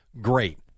Great